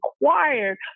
required